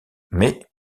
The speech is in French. mais